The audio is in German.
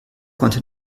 konnte